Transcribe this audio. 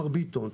מר ביטון,